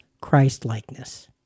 Christ-likeness